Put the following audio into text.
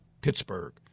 Pittsburgh